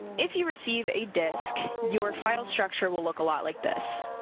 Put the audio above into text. if you receive a disc, your file structure will look a lot like this.